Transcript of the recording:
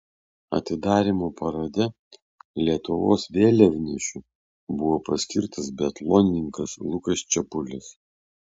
atidarymo parade lietuvos vėliavnešiu buvo paskirtas biatlonininkas lukas čepulis